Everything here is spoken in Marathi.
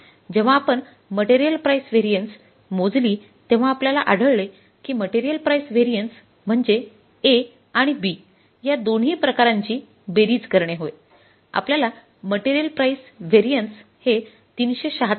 जेव्हा आपण मटेरियल प्राईझ व्हॅरियन्स मोजली तेव्हा आपल्याला आढळले की मटेरियल प्राईझ व्हॅरियन्स म्हणजे म्हणजे A आणि B या दोन्ही प्रकारांची बेरीज करणे होय आपल्यला मटेरियल प्राईझ व्हॅरियन्स हे ३७६